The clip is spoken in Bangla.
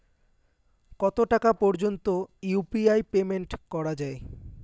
কত টাকা পর্যন্ত ইউ.পি.আই পেমেন্ট করা যায়?